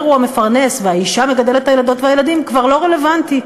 הוא המפרנס והאישה מגדלת את הילדות והילדים כבר לא רלוונטית,